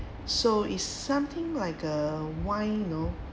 so is something like a wine you know